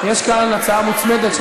יש כאן הצעה מוצמדת,